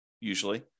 usually